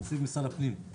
נציג משרד הפנים.